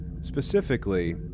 specifically